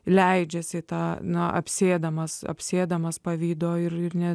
leidžiasi į tą na apsėdamas apsėdamas pavydo ir ne